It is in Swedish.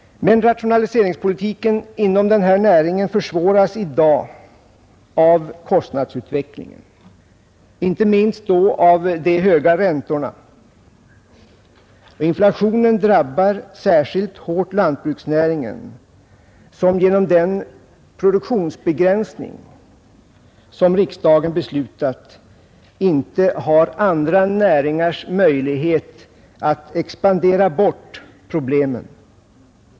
Men rationaliseringspolitiken inom den här näringen försvåras i dag av kostnadsutvecklingen, inte minst då av de höga räntorna. Inflationen drabbar särskilt hårt lantbruksnäringen, som på grund av den produktionsbegränsning riksdagen beslutat inte har andra näringars möjlighet att ”expandera bort” problemen.